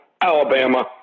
Alabama